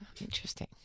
Interesting